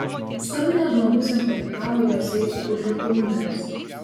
skambinęs žmogus jam padiktavo jo seifų užraktų numerius